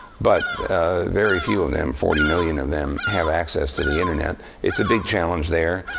but very few of them, forty million of them, have access to the internet. it's a big challenge there.